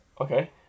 okay